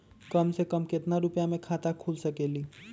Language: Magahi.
कम से कम केतना रुपया में खाता खुल सकेली?